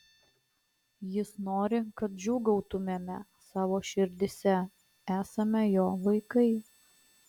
jis nori kad džiūgautumėme savo širdyse esame jo vaikai